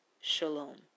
Shalom